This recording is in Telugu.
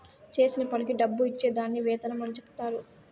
చేసిన పనికి డబ్బు ఇచ్చే దాన్ని వేతనం అని చెప్తారు